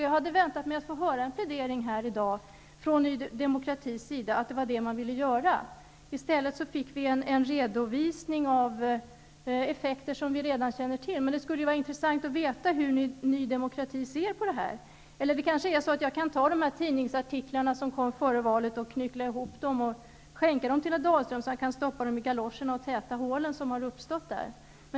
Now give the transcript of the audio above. Jag hade väntat mig att få höra en plädering här i dag från Ny demokrati om att det var så man ville göra. Vi fick i stället en redovisning av effekter som vi redan känner till. Det skulle vara intressant att få veta hur Ny demokrati ser på det här. Men det kanske är så att jag kan ta de här tidningsartiklarna som kom före valet, knyckla ihop dem och skänka dem till herr Dalström så att han kan stoppa dem i galoscherna och täta de hål som har uppstått där.